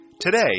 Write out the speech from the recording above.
Today